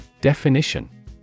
Definition